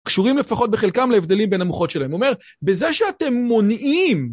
קשורים לפחות בחלקם להבדלים בין המוחות שלהם. הוא אומר, בזה שאתם מונעים...